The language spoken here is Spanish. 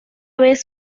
vez